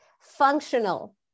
functional